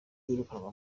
birukanwa